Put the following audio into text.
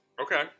Okay